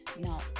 now